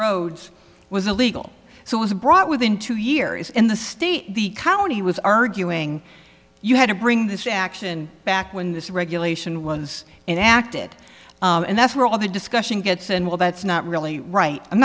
roads was illegal so it was brought within two years in the state the county was arguing you had to bring this action back when this regulation was in acted and that's where all of the discussion gets and well that's not really right i'm